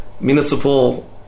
municipal